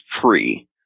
free